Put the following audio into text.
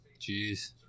Jeez